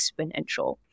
exponential